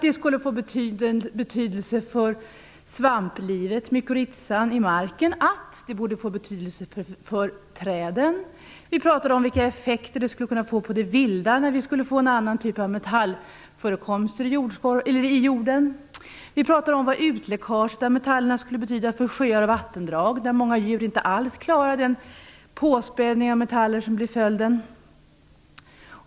Det skulle få betydelse för svamplivet, mykorrhizan i marken. Det borde också få betydelse för träden. Vi pratade om vilka effekter det skulle kunna få på det vilda att vi fick en annan typ av metallförekomster i jorden. Vi pratade om vad utläckaget av metallerna skulle betyda för sjöar och vattendrag, där många djur inte alls klarar den påspädning av metaller som blir följden.